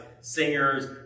singers